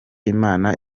imana